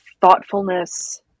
thoughtfulness